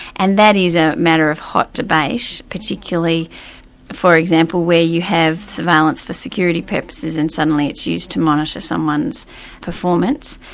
and that is a matter of hot debate, particularly for example where you have surveillance for security purposes and suddenly it's used to monitor someone's performance.